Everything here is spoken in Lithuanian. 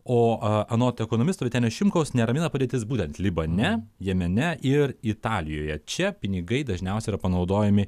o anot ekonomisto vytenio šimkaus neramina padėtis būtent libane jemene ir italijoje čia pinigai dažniausiai yra panaudojami